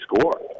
score